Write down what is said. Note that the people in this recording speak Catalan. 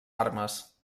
armes